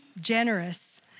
generous